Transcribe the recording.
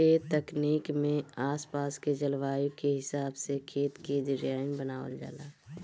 ए तकनीक में आस पास के जलवायु के हिसाब से खेत के डिज़ाइन बनावल जाला